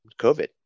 COVID